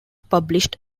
published